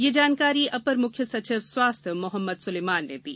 यह जानकारी अपर मुख्य सचिव स्वास्थ्य मोहम्मद सुलेमान ने दी